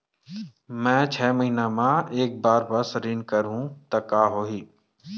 मैं छै महीना म एक बार बस ऋण करहु त का होही?